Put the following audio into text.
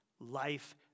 Life